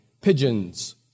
pigeons